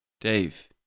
Dave